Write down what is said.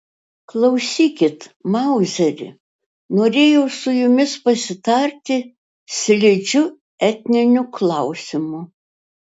klausykit mauzeri norėjau su jumis pasitarti slidžiu etniniu klausimu